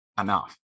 enough